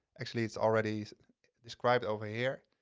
actually, it's already described over here.